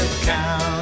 count